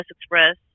Express